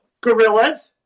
Gorillas